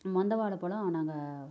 மந்த வாழைப்பளோம் நாங்கள்